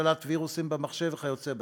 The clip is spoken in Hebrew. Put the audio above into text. השתלת וירוסים במחשב וכיוצא בזה,